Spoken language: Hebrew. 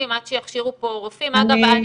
עד שיכשירו פה רופאים --- אני --- רגע,